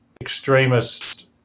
extremist